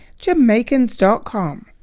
Jamaicans.com